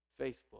Facebook